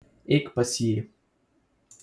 eik pas jį